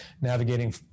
navigating